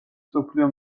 მსოფლიო